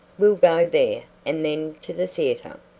we'll go there and then to the theater.